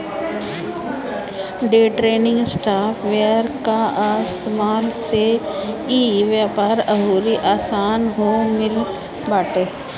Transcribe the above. day trading software कअ इस्तेमाल से इ व्यापार अउरी आसन हो गिल बाटे